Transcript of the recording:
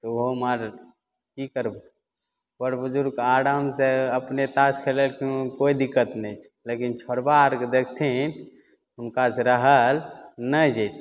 तऽ ओ उमहर कि करबय बर बुजुर्ग आरामसँ अपने तास खेलय कोइ दिक्कत नहि छै लेकिन छौरबा आओरके देखथिन हुनका से रहल नहि जेतय